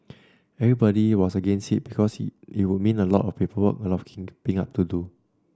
everybody was against it because it would mean a lot of paperwork a lot of keeping up to do